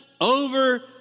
over